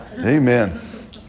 Amen